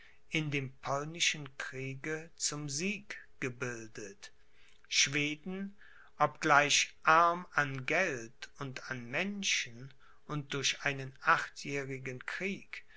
in dem polnischen kriege zum sieg gebildet schweden obgleich arm an geld und an menschen und durch einen achtjährigen krieg